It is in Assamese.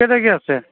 কেই তাৰিখে আছে